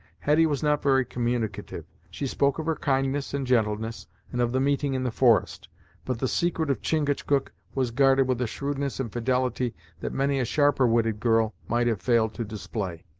hetty was not very communicative. she spoke of her kindness and gentleness and of the meeting in the forest but the secret of chingachgook was guarded with a shrewdness and fidelity that many a sharper-witted girl might have failed to display.